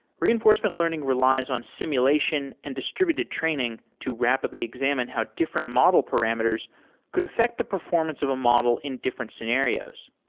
reinforcement learning relies on simulation and distributed training to rapidly examine how different model parameters could affect the performance of a model in different scenarios.